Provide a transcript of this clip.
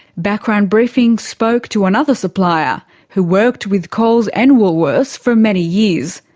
background briefing spoke to another supplier who worked with coles and woolworths for many years.